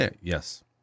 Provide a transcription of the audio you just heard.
yes